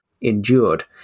endured